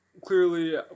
clearly